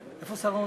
איפה שר האוצר?